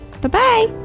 Bye-bye